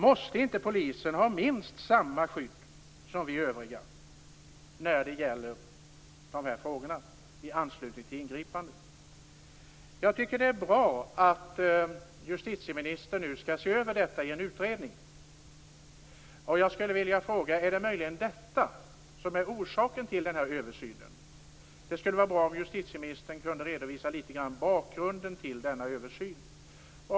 Måste inte polisen ha minst samma skydd som vi övriga när det gäller de här frågorna i anslutning till ingripanden? Jag tycker att det är bra att justitieministern nu skall se över detta i en utredning. Jag skulle vilja fråga: Är det möjligen detta som är orsaken till översynen? Det skulle vara bra om justitieministern kunde redovisa något om bakgrunden till denna översyn.